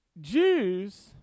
Jews